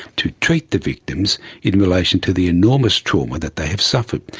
to treat the victims in relation to the enormous trauma that they have suffered.